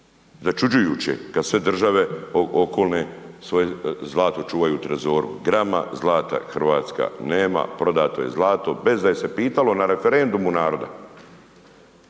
začuđujuće kad sve države okolne svoje zlato čuvaju u trezoru. Grama zlata Hrvatska nema, prodato je zlato bez da se je pitalo na referendumu naroda